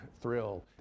thrill